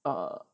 err